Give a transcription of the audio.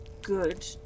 good